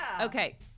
Okay